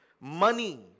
money